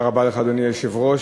אדוני היושב-ראש,